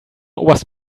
oberst